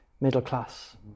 middle-class